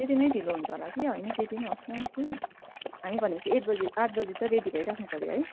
त्यतिमै ढिलो हुन्छ होला कि होइन त्यति नै होस् न कि हामी भनेपछि एट बजी आठ बजी त रेडी भइराख्नुपऱ्यो है